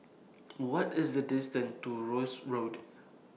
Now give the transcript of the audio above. What IS The distance to Rosyth Road